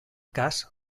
cas